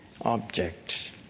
object